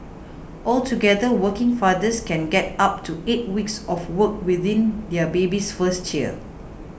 altogether working fathers can get up to eight weeks off work within their baby's first year